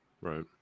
Right